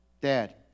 Dad